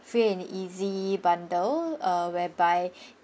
free and easy bundle uh whereby